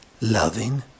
loving